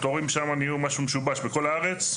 התורים נהיו שם משהו משובש בכל הארץ,